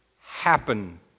happen